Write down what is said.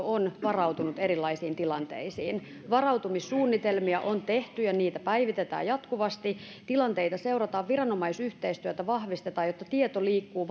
on varautunut erilaisiin tilanteisiin varautumissuunnitelmia on tehty ja niitä päivitetään jatkuvasti tilanteita seurataan ja viranomaisyhteistyötä vahvistetaan jotta tieto liikkuu